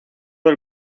del